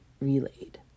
relayed